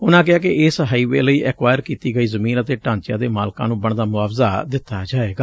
ਉਨਾਂ ਕਿਹਾ ਕਿ ਇਸ ਹਾਈਵੇ ਲਈ ਐਕਵਾਇਰ ਕੀਤੀ ਗਈ ਜ਼ਮੀਨ ਅਤੇ ਢਾਚਿਆਂ ਦੇ ਮਾਲਕਾਂ ਨੂੰ ਬਣਦਾ ਮੁਆਵਜ਼ਾ ਦਿੱਤਾ ਜਾਏਗਾ